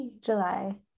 July